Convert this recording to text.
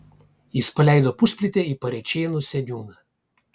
jis paleido pusplytę į parėčėnų seniūną